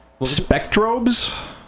Spectrobes